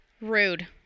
Rude